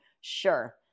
sure